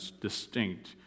distinct